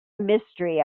mystery